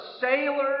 sailors